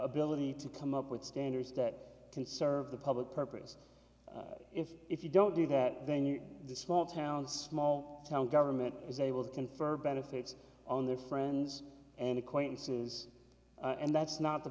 ability to come up with standards that can serve the public purpose if if you don't do that then you're the small town small town government is able to confer benefits on their friends and acquaintances and that's not the